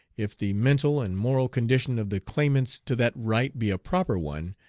if the mental and moral condition of the claimants to that right be a proper one,